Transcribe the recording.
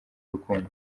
urukundo